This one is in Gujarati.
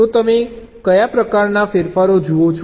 તો તમે કયા પ્રકારના ફેરફારો જુઓ છો